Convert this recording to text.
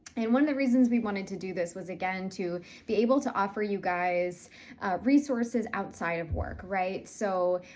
and one of the reasons we wanted to do this was, again, to be able to offer you guys resources outside of work, right? so.